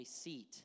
seat